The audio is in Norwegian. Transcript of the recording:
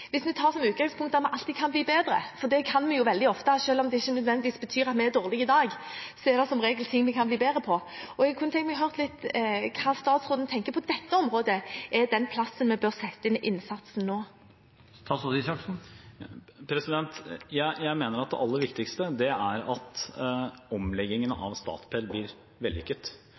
hvis vi tar som utgangspunkt at vi alltid kan bli bedre? Det kan vi veldig ofte. Selv om det ikke nødvendigvis betyr at vi er dårlige i dag, er det som regel noe vi kan bli bedre på. Jeg kunne tenke meg å høre hvor statsråden tenker at man på dette området bør sette inn innsatsen nå. Jeg mener at det aller viktigste er at omleggingen av Statped blir vellykket.